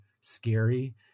scary